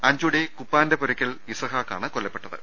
അഞ്ചുടി കുപ്പാന്റെ പുരയ്ക്കൽ ഇസ്ഹാഖാണ് കൊല്ലപ്പെട്ടത്